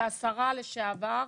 והשרה לשעבר,